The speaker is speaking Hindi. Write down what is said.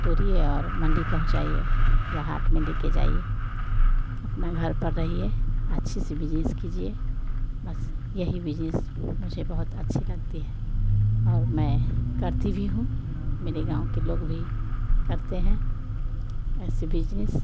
तोड़िए और मंडी पहुँचाइए या हाट में लेकर जाइए अपना घर पर रहिए अच्छी से बिजनेस कीजिए बस यहीं बिजनेस मुझे बहुत अच्छा लगता है और मैं करती भी हूँ मेरे गाँव के लोग भी करते हैं ऐसे बिजनेस